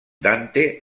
dante